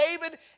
David